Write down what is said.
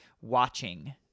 watching